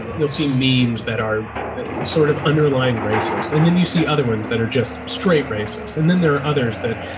and you'll see means that are sort of underlying racist. and then you see other ones that are just straight racist. and then there are others that,